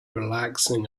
relaxing